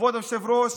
כבוד היושב-ראש,